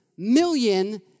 Million